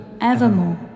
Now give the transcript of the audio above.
evermore